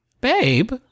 Babe